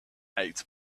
eight